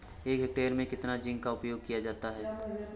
एक हेक्टेयर में कितना जिंक का उपयोग किया जाता है?